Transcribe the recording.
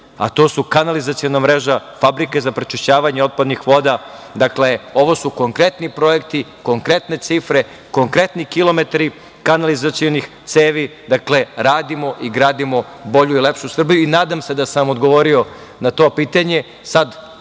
a to su kanalizaciona mreža, fabrike za prečišćavanje otpadnih voda. Dakle, ovo su konkretni projekti, konkretne cifre, konkretni kilometri kanalizacionih cevi. Dakle, radimo i gradimo bolju i lepšu Srbiju. Nadam se da sam vam odgovorio na to pitanje.